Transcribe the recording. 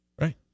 right